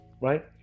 right